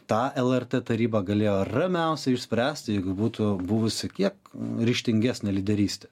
tą lrt taryba galėjo ramiausiai išspręsti jeigu būtų buvusi kiek ryžtingesnė lyderystė